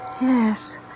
yes